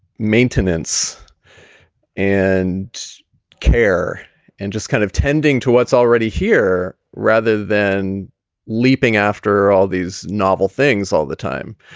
maintenance and care and just kind of tending to what's already here rather than leaping after all these novel things all the time,